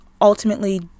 ultimately